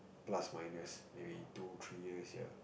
plus minus maybe two three years ya